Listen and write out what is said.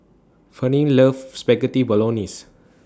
Ferne loves Spaghetti Bolognese